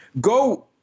go